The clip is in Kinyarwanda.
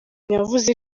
yavuze